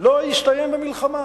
לא הסתיים במלחמה.